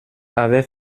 avait